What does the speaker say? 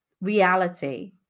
reality